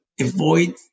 avoid